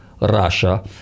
Russia